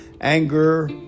anger